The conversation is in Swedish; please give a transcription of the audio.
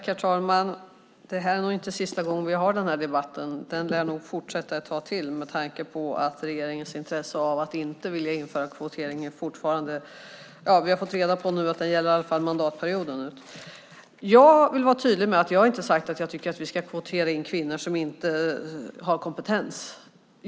Herr talman! Det här är nog inte sista gången vi har den här debatten. Den lär nog fortsätta ett tag till med tanke på att regeringens inställning att inte vilja införa kvotering åtminstone gäller mandatperioden ut. Jag vill vara tydlig med att jag inte har sagt att jag tycker att vi ska kvotera in kvinnor som inte har kompetens.